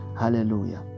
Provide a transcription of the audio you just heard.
Hallelujah